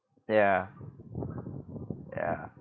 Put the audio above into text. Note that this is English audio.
ya ya